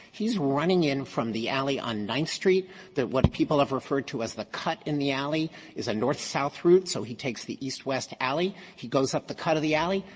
he's running in from the alley on ninth street that what people have referred to as the cut in the alley is a north south route so he takes the east west alley. he goes up the cut of the alley.